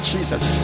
Jesus